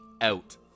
out